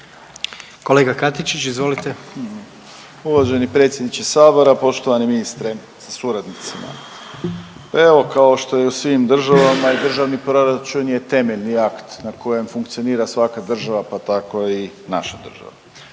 **Katičić, Krunoslav (HDZ)** Uvaženi predsjedniče Sabora, poštovani ministre sa suradnicima. Evo, kao što i u svim državama, i državni proračun je temeljni akt na kojem funkcionira svaka država, pa tako i naša država.